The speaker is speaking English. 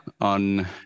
on